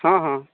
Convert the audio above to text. हँ हँ